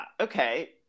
Okay